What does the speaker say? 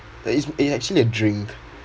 like it's it's actually a drink